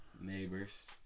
Neighbors